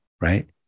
right